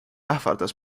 ähvardas